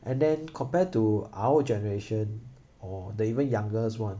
and then compare to our generation or the even youngers one